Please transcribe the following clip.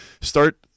start